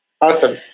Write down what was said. Awesome